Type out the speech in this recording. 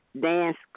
dance